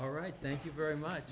all right thank you very much